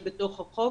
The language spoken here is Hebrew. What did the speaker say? הקושי.